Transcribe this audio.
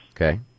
okay